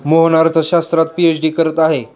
मोहन अर्थशास्त्रात पीएचडी करत आहे